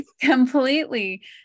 completely